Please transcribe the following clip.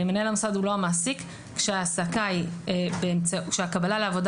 למנהל מוסד שהוא לא המעסיק הוא כשהקבלה לעבודה